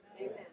Amen